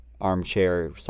armchair